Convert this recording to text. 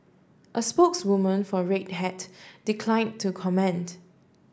a spokeswoman for Red Hat declined to comment